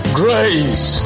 grace